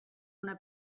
una